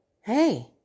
hey